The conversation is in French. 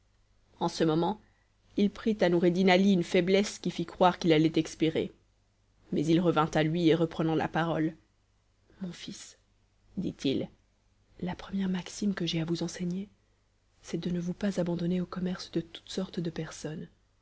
en ce moment il prit à noureddin ali une faiblesse qui fit croire qu'il allait expirer mais il revint à lui et reprenant la parole mon fils dit-il la première maxime que j'ai à vous enseigner c'est de ne vous pas abandonner au commerce de toutes sortes de personnes